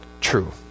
true